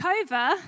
over